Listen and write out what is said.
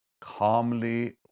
Calmly